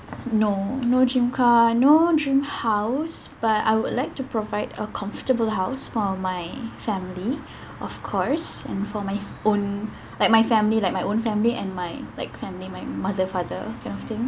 no no dream car no dream house but I would like to provide a comfortable house for my family of course and for my own like my family like my own family and my like family my mother father kind of thing